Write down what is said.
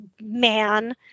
man